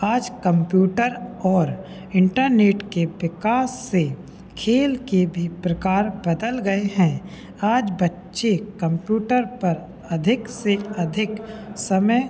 आज कम्प्यूटर और इंटरनेट के विकास से खेल के भी प्रकार बदल गए हैं आज बच्चे कम्प्यूटर पर अधिक से अधिक समय